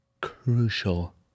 crucial